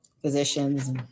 physicians